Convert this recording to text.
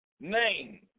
name